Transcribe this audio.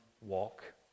walk